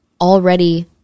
already